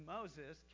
Moses